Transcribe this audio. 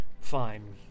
fine